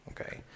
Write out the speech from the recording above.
Okay